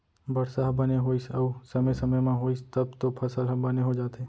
बरसा ह बने होइस अउ समे समे म होइस तब तो फसल ह बने हो जाथे